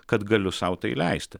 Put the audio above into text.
kad galiu sau tai leisti